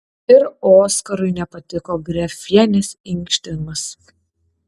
ir oskarui nepatiko grefienės inkštimas